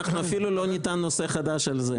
אנחנו לא נטען נושא חדש על זה, למרות שיכולנו.